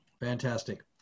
Fantastic